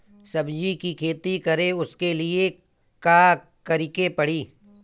सब्जी की खेती करें उसके लिए का करिके पड़ी?